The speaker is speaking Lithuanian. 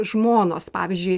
žmonos pavyzdžiui